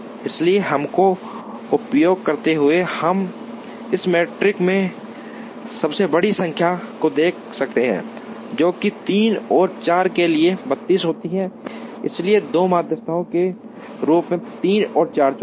इसलिए इसका उपयोग करते हुए हम इस मैट्रिक्स में सबसे बड़ी संख्या को देख सकते हैं जो कि 3 और 4 के लिए 32 होती है इसलिए दो मध्यस्थों के रूप में 3 और 4 चुनें